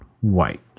White